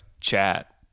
chat